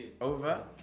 Over